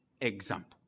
example